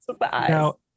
now